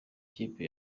ikipe